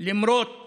למרות